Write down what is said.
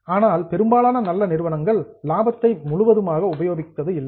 ஆனால் பெரும்பாலான நல்ல நிறுவனங்கள் லாபத்தை முழுவதும் விநியோகிப்பது இல்லை